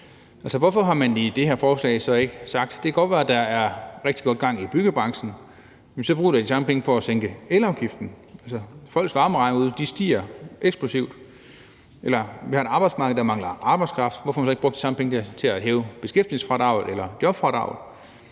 hvorfor har man i det her forslag så ikke sagt, at det godt kan være, der er rigtig godt gang i byggebranchen, men så bruger vi da de samme penge på at sænke elafgiften? Altså, folks varmeregninger derude stiger eksplosivt. Eller sige: Vi har et arbejdsmarked, der mangler arbejdskraft, og hvorfor så ikke bruge de samme penge til at hæve beskæftigelsesfradraget eller jobfradraget?